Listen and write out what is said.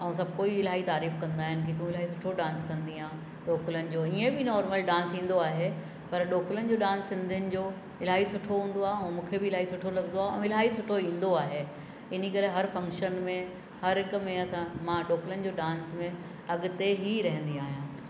अऊं सब कोई इलाही तारीफ़ कंदा आहिनि की तू इलाही सुठो डांस कंदी आहे ढोकलनि जो हीअं बि नॉर्मल डांस ईंदो आहे पर ढोकलनि जो डांस सिंधियुनि जो इलाही सुठो हूंदो आहे ऐं मूंखे बि इलाही सुठो लॻंदो आहे ऐं इलाही सुठो ईंदो आहे इन करे हर फंक्शन में हर हिक में असां मां ढोकलनि जो डांस में अॻिते ई रहंदी आहियां